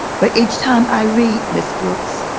but each time i read mrs. brooks,